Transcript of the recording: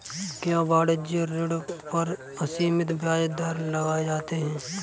क्या वाणिज्यिक ऋण पर असीमित ब्याज दर लगाए जाते हैं?